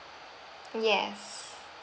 yes